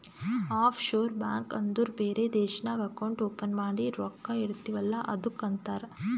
of sure bank ಅಂದುರ್ ಬೇರೆ ದೇಶ್ನಾಗ್ ಅಕೌಂಟ್ ಓಪನ್ ಮಾಡಿ ರೊಕ್ಕಾ ಇಡ್ತಿವ್ ಅಲ್ಲ ಅದ್ದುಕ್ ಅಂತಾರ್